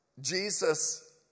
Jesus